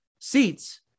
seats